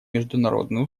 международные